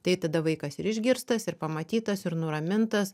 tai tada vaikas ir išgirstas ir pamatytas ir nuramintas